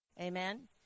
Amen